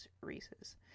Reese's